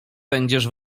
będziesz